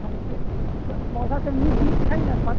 मगर पेड़ पौधा सभ नीक नीक छै नहि